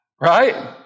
right